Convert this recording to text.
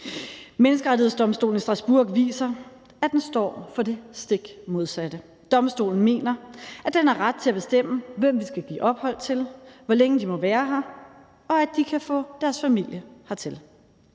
Menneskerettighedsdomstolen i Strasbourg viser, at den står for det stik modsatte. Domstolen mener, at den har ret til at bestemme, hvem vi skal give ophold til, hvor længe de må være her, og at de kan få deres familie hertil.